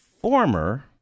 former